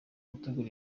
gutegura